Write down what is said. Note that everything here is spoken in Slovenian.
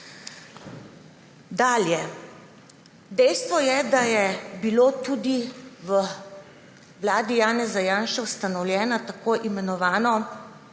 Dalje. Dejstvo je, da je bila tudi v času vlade Janeza Janše ustanovljena tako imenovana